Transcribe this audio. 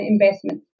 investment